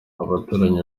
abaturanyi